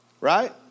right